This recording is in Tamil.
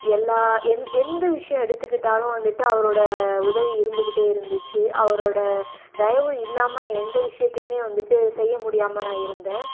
எல்லா எந் எந்த விஷயம் எடுத்துக்கிட்டாலும் வந்துட்டு அவரோடய உதவி இருந்துக்கிட்டே இருந்துச்சு அவரோடய தயவு இல்லாமல் நான் எந்த விஷயத்தையுமே வந்துட்டு செய்ய முடியாமல் நான் இருந்தேன்